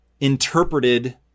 interpreted